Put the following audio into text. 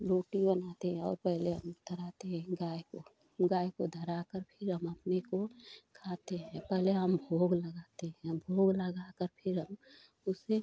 रोटी बनाते हैं और पहले हम धराते हैं गाय को गाय को धराकर फिर हम अपने को खाते हैं पहले हम भोग लगाते हैं भोग लगाकर फिर हम उसे